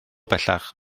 bellach